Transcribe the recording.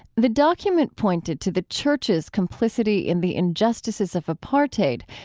the document pointed to the church's complicity in the injustices of apartheid,